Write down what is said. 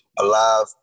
alive